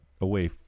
away